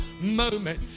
moment